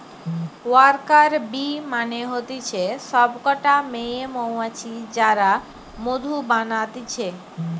worker bee মানে হতিছে সব কটা মেয়ে মৌমাছি যারা মধু বানাতিছে